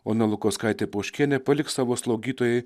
ona lukauskaitė poškienė paliks savo slaugytojai